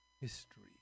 history